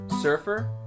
surfer